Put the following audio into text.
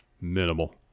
minimal